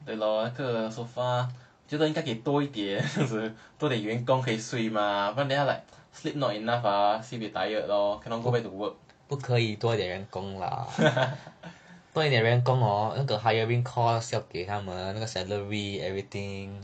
对 lor 那个 sofa 觉得应该给多一点是不是多一点员工可以睡 mah 不然 like 等一下 like sleep not enough or sibeh tired lor cannot go back to work